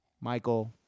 Michael